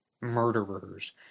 murderers